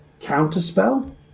Counterspell